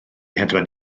hedfan